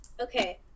Okay